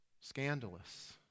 Scandalous